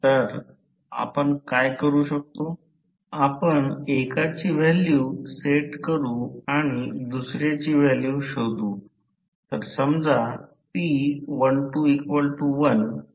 तर आता आपण x I2 I समजू कारण आपण दुय्यम बाजू करत आहोत कारण रीभार दुय्यम बाजूला ठेवलेले आहे